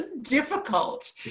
difficult